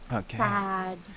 Sad